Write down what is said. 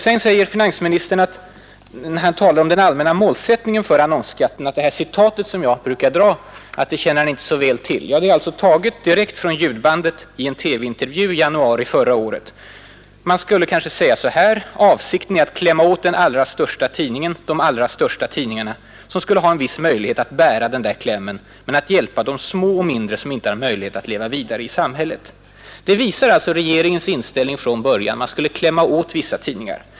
Så säger finansministern när han talar om den allmänna målsättningen för annonsskatten att det citat jag brukar åberopa känner han inte så väl till. Ja, det är taget direkt från ljudbandet i en TV-intervju i januari förra året. ”Man skulle kanske säga så här. Avsikten är ju att klämma åt den allra största tidningen, de allra största tidningarna, som skulle ha en viss möjlighet att bära den där klämmen, men att hjälpa de små och mindre som inte har möjlighet att leva vidare i samhället.” Det visar alltså regeringens inställning från början. Man skulle ”klämma åt” vissa tidningar.